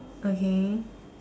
okay